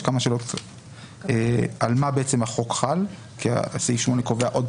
יש כמה שאלות על מה בעצם החוק חל כי סעיף 8 קובע עוד